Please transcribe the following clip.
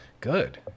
good